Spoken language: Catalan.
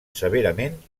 severament